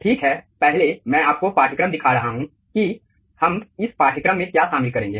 ठीक है पहले मैं आपको पाठ्यक्रम दिखा रहा हूं कि हम इस पाठ्यक्रम में क्या शामिल करेंगे